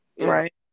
right